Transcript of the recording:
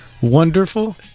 wonderful